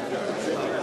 זכאות